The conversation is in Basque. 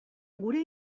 gure